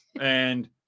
and-